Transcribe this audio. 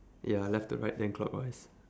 ya left to right then clockwise